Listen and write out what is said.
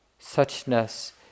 Suchness